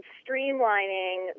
streamlining